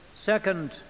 Second